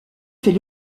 fait